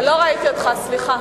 לא ראיתי אותך, סליחה.